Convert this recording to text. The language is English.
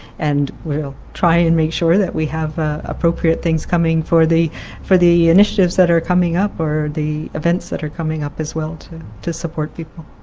and we will try to and make sure that we have ah appropriate things coming for the for the initiatives that are coming up or the events that are coming up as well to to support people.